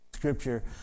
Scripture